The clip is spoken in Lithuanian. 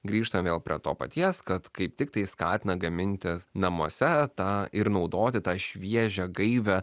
grįžtam vėl prie to paties kad kaip tik tai skatina gamintis namuose tą ir naudoti tą šviežią gaivią